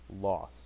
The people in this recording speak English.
loss